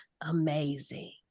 amazing